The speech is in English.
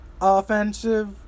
offensive